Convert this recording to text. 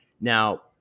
Now